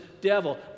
devil